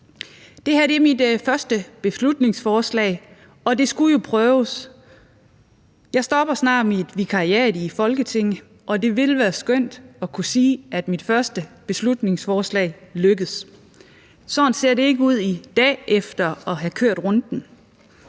Det her er mit første beslutningsforslag, og det skulle jo prøves. Jeg stopper snart mit vikariat i Folketinget, og det ville være skønt at kunne sige, at mit første beslutningsforslag lykkedes. Sådan ser det ikke ud i dag efter at have kørt runden.